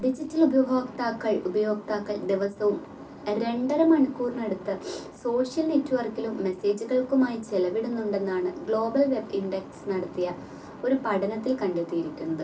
digital ഉപഭോക്താക്കൾ ഉപയോക്താക്കൾ ദിവസവും രണ്ടര മണിക്കൂറിനടുത്ത് സോഷ്യൽ നെറ്റ് വർക്കിലും മെസ്സേജുകൾക്കുമായി ചെലവിടുന്നുണ്ടെന്നാണ് ഗ്ലോബൽ വെബ് ഇന്റക്സ് നടത്തിയ ഒരു പഠനത്തിൽ കണ്ടെത്തിയിരിക്കുന്നത്